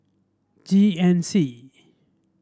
G N C